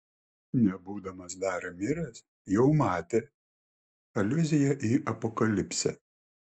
nebūdamas dar miręs jau matė aliuzija į apokalipsę